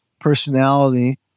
personality